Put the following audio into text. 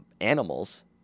animals